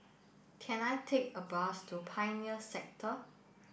can I take a bus to Pioneer Sector